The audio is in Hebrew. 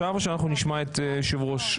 שאנחנו נשמע את היושב-ראש?